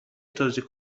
توزیع